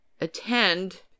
attend